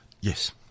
Yes